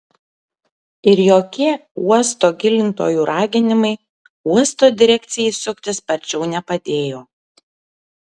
ir jokie uosto gilintojų raginimai uosto direkcijai suktis sparčiau nepadėjo